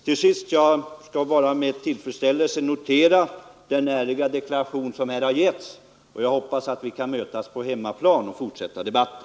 Till sist vill jag bara med tillfredsställelse notera den ärliga deklaration som här har getts, och jag hoppas att vi kan mötas på hemmaplan och fortsätta debatten.